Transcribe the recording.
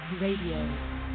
Radio